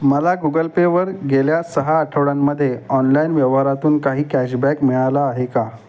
मला गुगल पेवर गेल्या सहा आठवड्यांमध्ये ऑनलाईन व्यवहारातून काही कॅशबॅक मिळाला आहे का